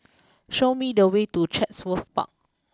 show me the way to Chatsworth Park